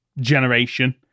generation